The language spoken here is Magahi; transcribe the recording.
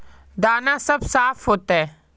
दाना सब साफ होते?